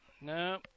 no